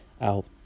out